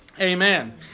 Amen